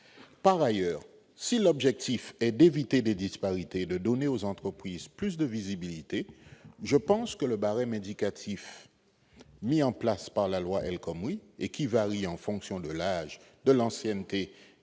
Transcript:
Par ailleurs, si l'objectif est d'éviter des disparités et de donner aux entreprises plus de visibilité, je pense que le barème indicatif mis en place par la loi El Khomri, lequel varie en fonction de l'âge, de l'ancienneté